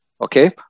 okay